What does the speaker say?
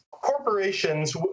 Corporations